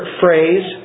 phrase